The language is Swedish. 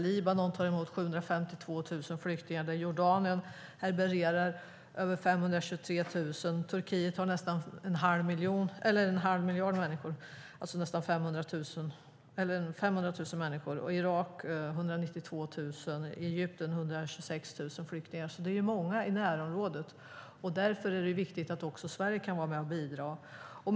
Libanon tar emot 752 000 flyktingar, Jordanien härbärgerar över 523 000 och Turkiet har nästan en halv miljon, 500 000, flyktingar. Irak har 192 000 och Egypten 126 000 flyktingar. Det är många i närområdet. Därför är det viktigt att också Sverige kan vara med och bidra.